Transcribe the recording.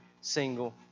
single